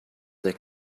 there